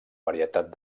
varietat